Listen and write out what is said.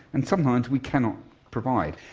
and sometimes we cannot provide.